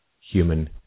human